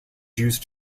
used